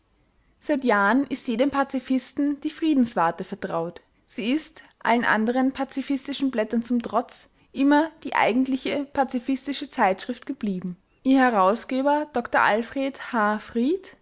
seit jahren ist jedem pazifisten die friedenswarte vertraut sie ist allen anderen pazifistischen blättern zum trotz immer die eigentliche pazifistische zeitschrift geblieben ihr herausgeber dr alfr h fried